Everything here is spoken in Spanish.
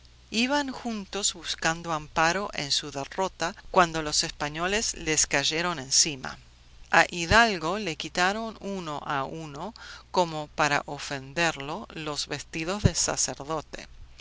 iban juntos buscando amparo en su derrota cuando los españoles les cayeron encima a hidalgo le quitaron uno a uno como para ofenderlo los vestidos de sacerdote